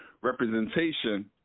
representation